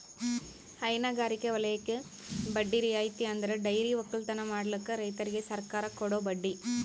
ಹೈನಗಾರಿಕೆ ವಲಯಕ್ಕೆ ಬಡ್ಡಿ ರಿಯಾಯಿತಿ ಅಂದುರ್ ಡೈರಿ ಒಕ್ಕಲತನ ಮಾಡ್ಲುಕ್ ರೈತುರಿಗ್ ಸರ್ಕಾರ ಕೊಡೋ ಬಡ್ಡಿ